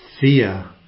fear